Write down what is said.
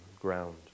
ground